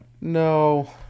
No